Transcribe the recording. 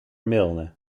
milne